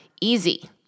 easy